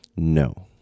no